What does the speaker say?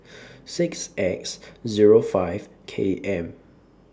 six X zere five K M